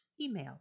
email